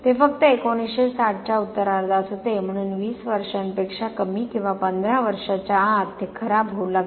ते फक्त 1960 च्या उत्तरार्धात होते म्हणून 20 वर्षांपेक्षा कमी किंवा 15 वर्षांच्या आत ते खराब होऊ लागले